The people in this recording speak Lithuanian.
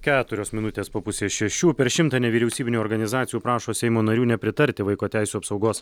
keturios minutės po pusės šešių per šimtą nevyriausybinių organizacijų prašo seimo narių nepritarti vaiko teisių apsaugos